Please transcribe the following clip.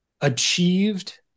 achieved